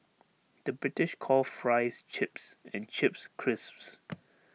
the British calls Fries Chips and Chips Crisps